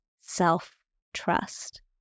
self-trust